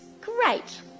Great